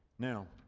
now,